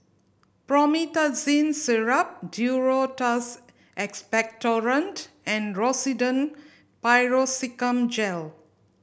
Promethazine Syrup Duro Tuss Expectorant and Rosiden Piroxicam Gel